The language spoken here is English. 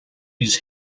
his